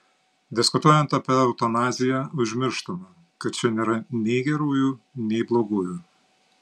diskutuojant apie eutanaziją užmirštama kad čia nėra nei gerųjų nei blogųjų